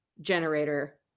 generator